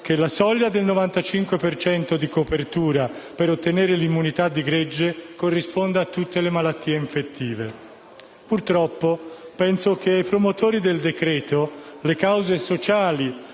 che la soglia del 95 per cento di copertura per ottenere l'immunità di gregge corrisponda a tutte le malattie infettive. Purtroppo penso che ai promotori del decreto-legge le cause sociali